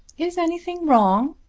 is anything wrong?